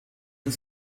und